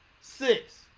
Six